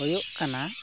ᱦᱩᱭᱩᱜ ᱠᱟᱱᱟ